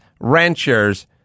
ranchers